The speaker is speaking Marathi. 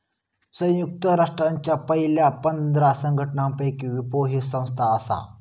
संयुक्त राष्ट्रांच्या पयल्या पंधरा संघटनांपैकी विपो ही संस्था आसा